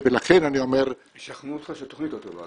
לכן אני אומר --- ישכנעו אותך שהתכנית לא טובה.